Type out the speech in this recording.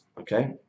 okay